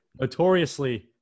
notoriously